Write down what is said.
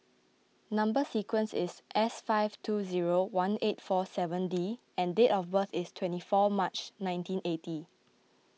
Number Sequence is S five two zero one eight four seven D and date of birth is twenty four March nineteen eighty